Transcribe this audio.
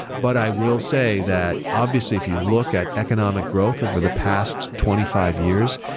but i will say that, obviously, if you look at economic growth over the past twenty five years,